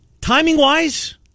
timing-wise